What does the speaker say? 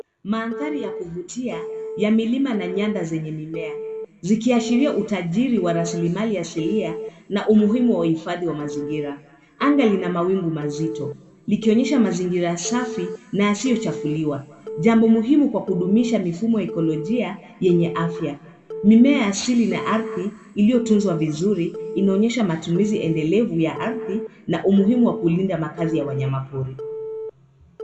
Mandhari ya kuvutia, ya milima na nyanda zenye mimea. Zikiashiria utajiri wa rasilimali asilia, na umuhimu wa uhifadhi wa mazingira. Anga lina mawingu mazito, likionyesha mazingira safi na yasiyochafuliwa. Jambo muhimu kwa kudumisha mifumo ya ikolojia yenye afya. Mimea ya asili na ardhi, iliyotunzwa vizuri, inaonyesha matumizi endelevu ya ardhi, na umuhimu wa kulinda makazi ya wanyamapori.